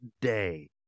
day